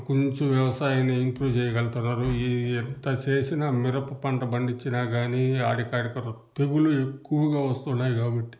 కొంచెం వ్యవసాయాన్ని ఇంప్రూవ్ చేయగలుగుతున్నారు ఎంత చేసినా మిరప పంట పండించినా కానీ తెగులు ఎక్కువ వస్తున్నాయి కాబట్టి